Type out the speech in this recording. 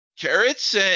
carrots